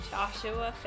Joshua